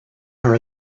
her